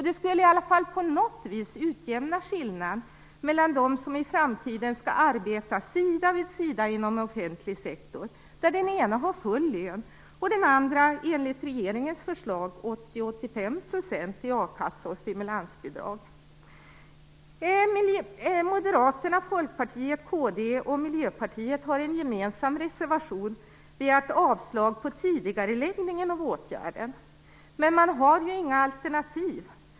Det skulle i alla fall på något vis utjämna skillnaden mellan dem som i framtiden skall arbeta sida vid sida inom offentlig sektor, där den ena har full lön och den andra, enligt regeringens förslag, har 80-85 % i a-kassa och stimulansbidrag. Moderaterna, Folkkpartiet, kd och Miljöpartiet har i en gemensam reservation begärt avslag på tidigareläggningen av åtgärden, men man har inga alternativ.